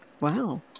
Wow